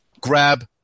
grab